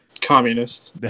Communists